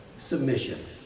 submission